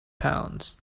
pounds